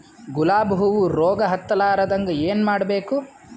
ಗುಲಾಬ್ ಹೂವು ರೋಗ ಹತ್ತಲಾರದಂಗ ಏನು ಮಾಡಬೇಕು?